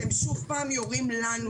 אתם שוב פעם יורים לנו,